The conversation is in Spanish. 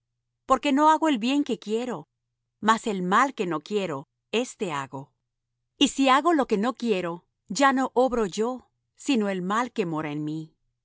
porque no hago el bien que quiero mas el mal que no quiero éste hago y si hago lo que no quiero ya no obro yo sino el mal que mora en mí